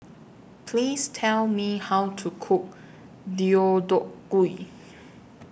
Please Tell Me How to Cook Deodeok Gui